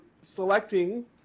selecting